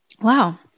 Wow